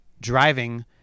driving